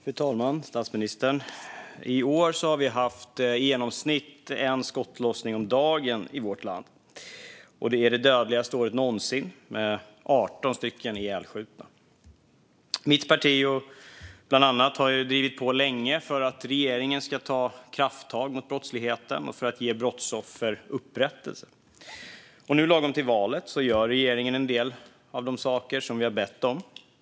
Fru talman och statsministern! I år har vi haft i genomsnitt en skottlossning om dagen i vårt land. Det är det dödligaste året någonsin med 18 ihjälskjutna personer. Mitt parti bland annat har drivit på länge för att regeringen ska ta krafttag mot brottsligheten och för att ge brottsoffer upprättelse. Nu, lagom till valet, gör regeringen en del av de saker som vi har bett om.